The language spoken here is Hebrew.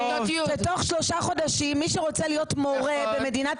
לא התכוונו להסתדרות הכללית